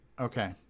Okay